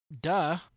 duh